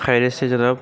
خیریت سے جناب